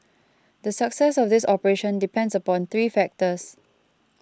the success of this operation depends upon three factors